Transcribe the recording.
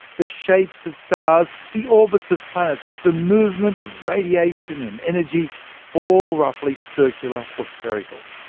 the shapes of stars, the orbits of planets, the movement of radiation and energy all roughly circular or spherical.